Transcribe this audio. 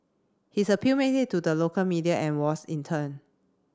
his appeal made it to the local media and was in turn